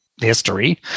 history